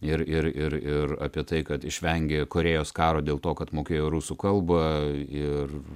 ir ir ir ir apie tai kad išvengė korėjos karo dėl to kad mokėjo rusų kalba ir